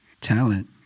talent